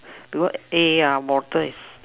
because A ah water is